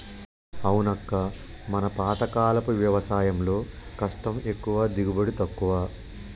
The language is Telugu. అవునక్క మన పాతకాలపు వ్యవసాయంలో కష్టం ఎక్కువ దిగుబడి తక్కువ